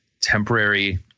temporary